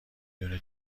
دونه